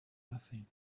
nothing